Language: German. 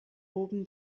oben